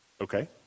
Okay